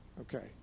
Okay